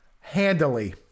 handily